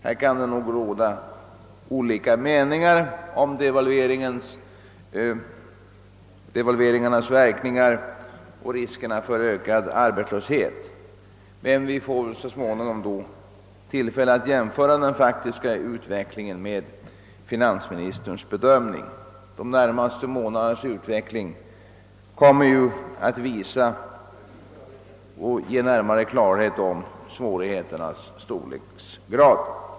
Det kan nog råda olika meningar om devalveringarnas verkningar och riskerna för ökad arbetslöshet, men vi får väl så småningom tillfälle att jämföra den faktiska utvecklingen med finansministerns bedömning. De närmaste månadernas utveckling kommer att ge större klarhet om svårigheternas storleksgrad.